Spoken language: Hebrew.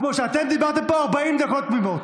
כמו שדיברתם פה 40 דקות תמימות.